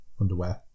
Underwear